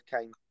came